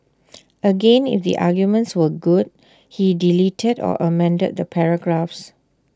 again if the arguments were good he deleted or amended the paragraphs